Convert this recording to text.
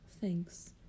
thanks